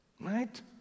right